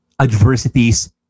adversities